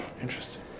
Interesting